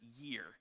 year